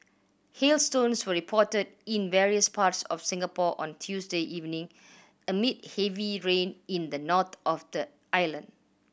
hailstones were reported in various parts of Singapore on Tuesday evening amid heavy rain in the north of the island